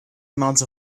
amount